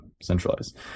Centralized